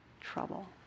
trouble